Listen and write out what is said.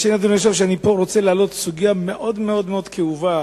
אבל אני רוצה להעלות סוגיה מאוד כאובה.